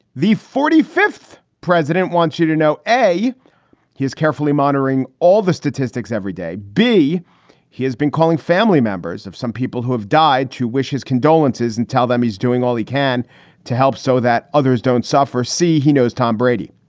the forty fifth president wants you to know a he is carefully monitoring all the statistics every day. b he has been calling family members of some people who have died to wish his condolences and tell them he's doing all he can to help so that others don't suffer. see, he knows tom brady.